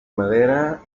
madera